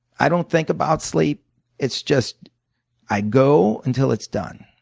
i don't think about sleep it's just i go until it's done.